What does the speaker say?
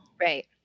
Right